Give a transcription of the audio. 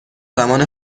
زمان